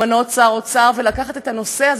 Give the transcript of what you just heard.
למנות שר תקשורת ולקחת את הנושא הזה,